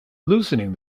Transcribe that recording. loosening